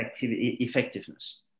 effectiveness